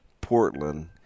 portland